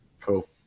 Cool